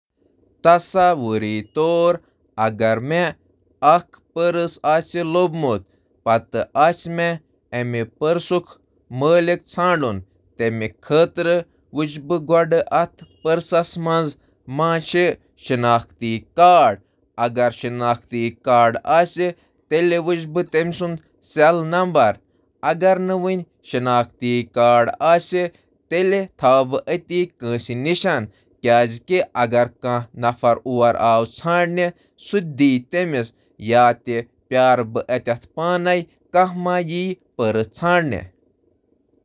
تصور کٔرِو زِ مےٚ لوٚب اکھ بٹوٕ یُس کٲنٛسہِ ہوٗر۔ بہٕ ہٮ۪کہٕ مٲلِک ژھانٛڑنہٕ خٲطرٕ قدم تُلِتھ تہٕ بٹوے واپس کٔرِتھ گۄڈٕ کَرٕ بہٕ چیک زِ ویلیٹَس منٛز کیٛاہ چھُ اَمہِ پتہٕ ہٮ۪کہٕ بہٕ یہِ کٲنٛسہِ تٔمِس حَوالہٕ کٔرِتھ یُس تَتہِ موٗجوٗد آسہِ۔